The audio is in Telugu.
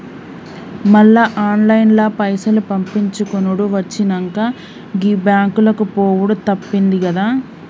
మళ్ల ఆన్లైన్ల పైసలు పంపిచ్చుకునుడు వచ్చినంక, గీ బాంకులకు పోవుడు తప్పిందిగదా